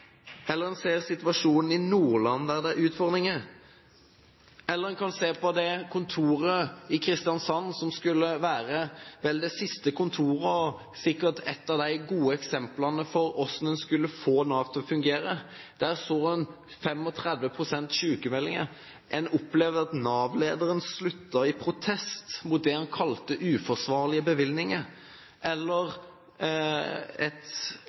Eller en kan se på situasjonen i Nordland, der det er utfordringer. Eller en kan se at på kontoret i Kristiansand, som skulle være vel det siste kontoret og sikkert ett av de gode eksemplene på hvordan en skulle få Nav til å fungere, var det 35 pst. sykmeldinger. En opplevde at Nav-lederen sluttet i protest mot det han kalte uforsvarlige bevilgninger.